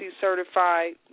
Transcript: certified